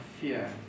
fear